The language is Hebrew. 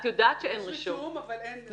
יש רישום אבל אין פיקוח.